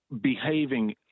behaving